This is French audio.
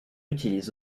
utilisent